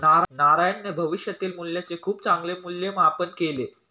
नारायणने भविष्यातील मूल्याचे खूप चांगले मूल्यमापन केले